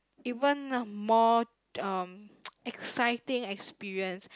even a more um exciting experience